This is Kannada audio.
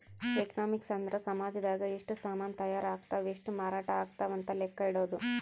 ಎಕನಾಮಿಕ್ಸ್ ಅಂದ್ರ ಸಾಮಜದಾಗ ಎಷ್ಟ ಸಾಮನ್ ತಾಯರ್ ಅಗ್ತವ್ ಎಷ್ಟ ಮಾರಾಟ ಅಗ್ತವ್ ಅಂತ ಲೆಕ್ಕ ಇಡೊದು